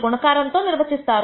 గుణకారం తో నిర్వచిస్తారు